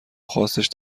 خاصش